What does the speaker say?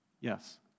yes